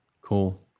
cool